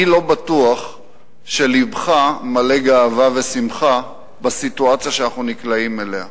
אני לא בטוח שלבך מלא גאווה ושמחה בסיטואציה שאנחנו נקלעים אליה.